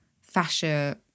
fascia